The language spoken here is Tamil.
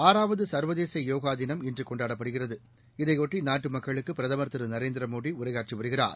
ஆறாவது சர்வதேச யோகா தினம் இன்று கொண்டாடப்படுகிறது இதையொட்டி நாட்டு மக்களுக்கு பிரதமர் திரு நரேந்திர மோடி உரையாற்றி வருகிறார்